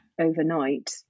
overnight